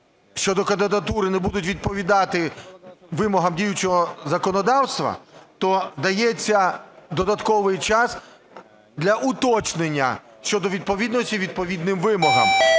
щодо кандидатури не будуть відповідати вимогам діючого законодавства, то дається додатковий час для уточнення щодо відповідності відповідним вимогам.